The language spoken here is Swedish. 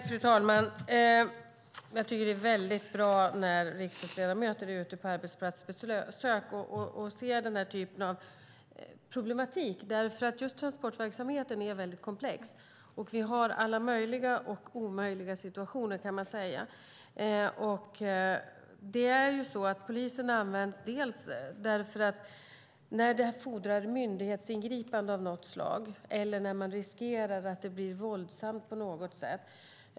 Fru talman! Det är väldigt bra när riksdagsledamöter är ute på arbetsplatsbesök och ser den här typen av problematik. Just transportverksamheten är väldigt komplex. Vi har alla möjliga och omöjliga situationer. Polisen används när det fordras myndighetsingripande av något slag eller när man riskerar att det blir våldsamt på något sätt.